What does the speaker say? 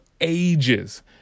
ages